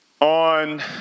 on